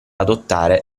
adottare